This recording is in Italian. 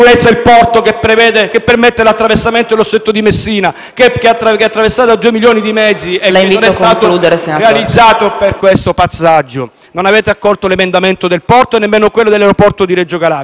dello Stretto di Messina, che è attraversato da 2 milioni di mezzi e che non è stato realizzato per questo traffico. Non avete accolto l'emendamento del porto e nemmeno quello dell'aeroporto di Reggio Calabria. Voi del MoVimento